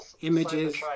images